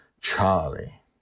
Charlie